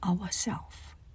ourself